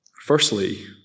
Firstly